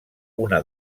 una